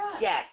Yes